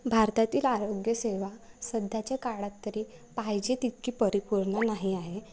भारतातील आरोग्यसेवा सध्याच्या काळात तरी पाहिजे तितकी परिपूर्ण नाही आहे